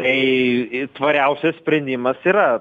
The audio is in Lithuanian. tai tariausias sprendimas yra